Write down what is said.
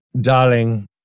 Darling